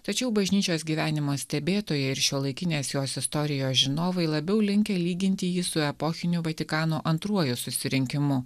tačiau bažnyčios gyvenimo stebėtojai ir šiuolaikinės jos istorijos žinovai labiau linkę lyginti jį su epochiniu vatikano antruoju susirinkimu